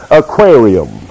aquarium